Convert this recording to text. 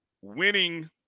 winning